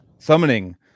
summoning